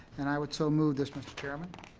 and i would so move this, mr. chairman?